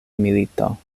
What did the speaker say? milito